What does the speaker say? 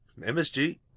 MSG